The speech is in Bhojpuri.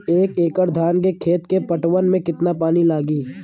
एक एकड़ धान के खेत के पटवन मे कितना पानी लागि?